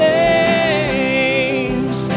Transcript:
names